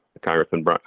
Congressman